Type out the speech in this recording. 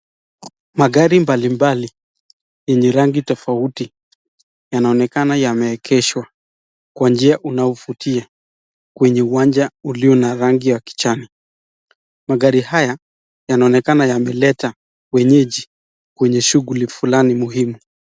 Yenye rangi tofauti yanaonekana yameegeshwa Kwa njia unaobmbutia kwenye uwanja ulio na rangi ya kijani . Magari haya yanaonekana yameleta wenyeji kwenye shughuli fulani muhimu.